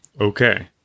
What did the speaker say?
Okay